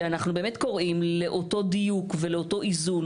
שאנחנו באמת קוראים לאותו דיוק ואיזון,